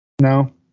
No